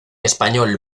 español